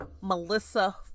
Melissa